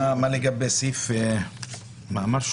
מה לגבי סעיף 13ב?